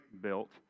built